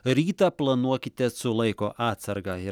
rytą planuokite su laiko atsarga ir